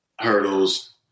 hurdles